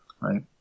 right